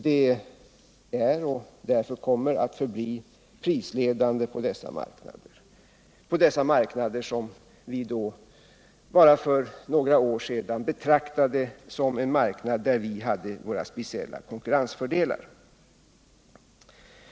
De är därför, och kommer att förbli, prisledande på dessa marknader, som vi för bara några år sedan betraktade som marknader där vi hade våra speciella konkurrensfördelar.